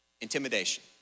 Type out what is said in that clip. intimidation